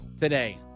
today